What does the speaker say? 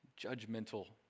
judgmental